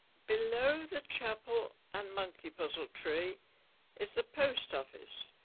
below the chapel and monkey puzzle tree is the post office.